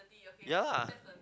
ya